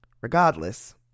regardless